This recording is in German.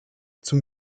zum